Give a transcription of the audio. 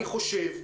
אני חושב,